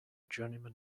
journeyman